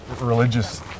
religious